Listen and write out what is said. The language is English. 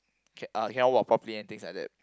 ca~ uh cannot walk properly and things like that